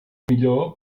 millor